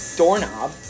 doorknob